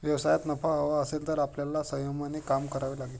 व्यवसायात नफा हवा असेल तर आपल्याला संयमाने काम करावे लागेल